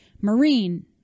marine